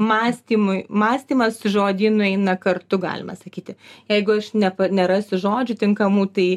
mąstymui mąstymas su žodynu eina kartu galima sakyti jeigu aš nepa nerasiu žodžių tinkamų tai